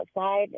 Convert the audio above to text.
outside